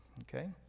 okay